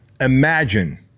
imagine